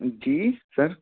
जी sir